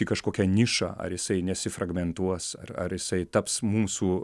į kažkokią nišą ar jisai nesifragmentuos ar ar jisai taps mūsų